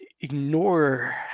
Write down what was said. ignore